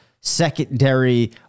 secondary